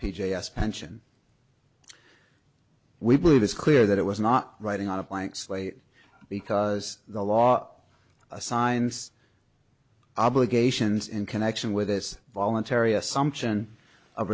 j s pension we believe it's clear that it was not writing on a blank slate because the law assigns obligations in connection with this voluntary assumption of